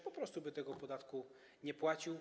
Po prostu by tego podatku nie płacił.